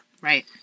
Right